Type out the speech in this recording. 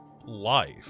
Life